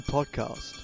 Podcast